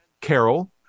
Carol